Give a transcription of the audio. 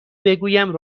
بگویم